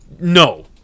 no